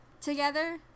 together